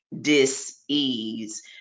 dis-ease